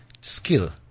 skill